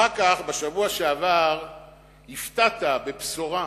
אחר כך, בשבוע שעבר הפתעת בבשורה.